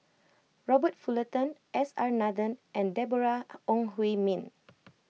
Robert Fullerton S R Nathan and Deborah Ong Hui Min